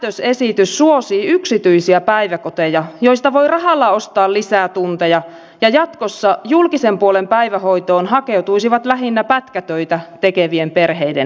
tämä päätösesitys suosii yksityisiä päiväkoteja joista voi rahalla ostaa lisää tunteja ja jatkossa julkisen puolen päivähoitoon hakeutuisivat lähinnä pätkätöitä tekevien perheiden lapset